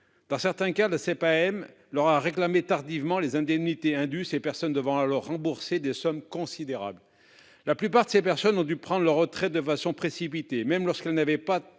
Dans certains cas, la CPAM a réclamé tardivement les indemnités indues à ces retraités progressifs, qui doivent ainsi rembourser des sommes considérables. La plupart de ces personnes ont dû prendre leur retraite de façon précipitée, y compris lorsqu'elles n'avaient pas